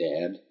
dad